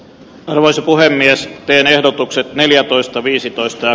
arvoisa puhemies penehdotukset neljätoista viisitoista